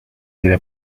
زیر